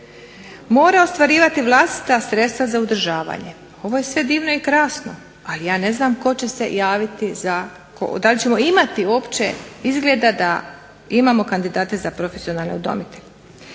Mora ostvarivati vlastita sredstva za uzdržavanje". Ovo je sve divno i krasno, ali ja ne znam tko će se javiti, da li ćemo imati izgleda uopće da imamo kandidate za profesionalne udomitelje.